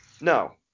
No